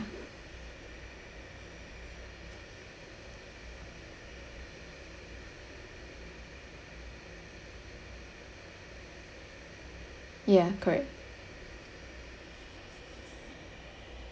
ya correct